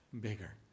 bigger